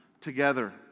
together